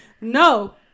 No